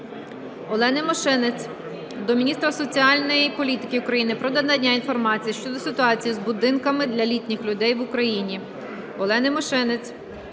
Олени Мошенець до міністра соціальної політики України про надання інформації щодо ситуації з будинками для літніх людей в Україні.